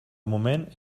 moment